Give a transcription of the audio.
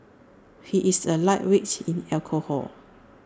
he is A lightweight in alcohol